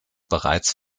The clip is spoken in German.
bereits